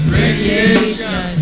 radiation